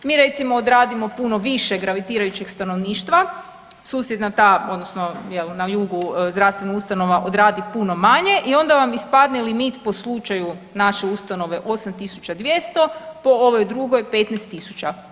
Mi recimo odradimo puno više gravitirajućeg stanovništva, susjedna ta odnosno jel na jugu zdravstvena ustanova odradi puno manje i onda vam ispadne limit po slučaju naše ustanove 8.200, po ovoj drugoj 15.000.